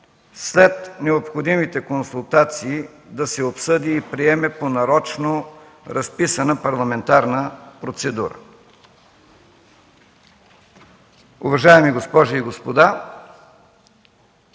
след необходимите консултации да се обсъди и приеме по нарочно разписана парламентарна процедура. Уважаеми госпожи и господа,